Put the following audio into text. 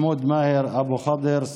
מחמוד מאהר אבו ח'דיר,